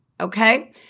okay